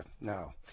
no